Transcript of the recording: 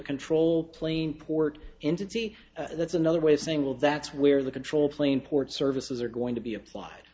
control plane port entity that's another way of saying well that's where the control plane port services are going to be applied